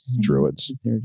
druids